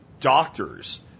doctors